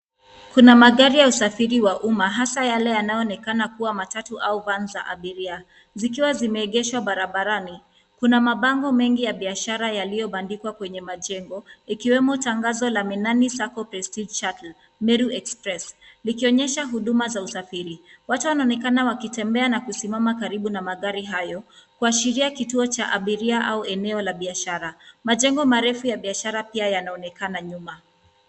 Kuna magari ya usafiri wa umma hasa yale yanayoonekana kuwa matatu au vani za abiria zikiwa zimeegeshwa barabarani. Kuna mabango mengi ya biashara yaliyobandikwa kwenye majengo ikiwemo tangazo la Minani Sacco Prestige Shuttle, meru express likionyesha huduma za usafiri. Watu wanaonekana wakitembea na kusimama karibu na magari hayo kuashiria kituo cha abiria au eneo la biashara. Majengo marefu ya biashara pia yanaonekana nyuma.